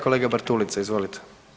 Kolega Bartulica, izvolite.